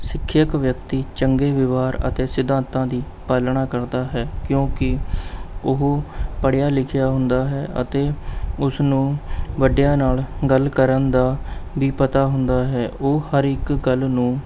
ਸਿੱਖਿਅਕ ਵਿਅਕਤੀ ਚੰਗੇ ਵਿਵਹਾਰ ਅਤੇ ਸਿਧਾਂਤਾ ਦੀ ਪਾਲਣਾ ਕਰਦਾ ਹੈ ਕਿਉਂਕਿ ਉਹ ਪੜ੍ਹਿਆ ਲਿਖਿਆ ਹੁੰਦਾ ਹੈ ਅਤੇ ਉਸ ਨੂੰ ਵੱਡਿਆਂ ਨਾਲ਼ ਗੱਲ ਕਰਨ ਦਾ ਵੀ ਪਤਾ ਹੁੰਦਾ ਹੈ ਉਹ ਹਰ ਇੱਕ ਗੱਲ ਨੂੰ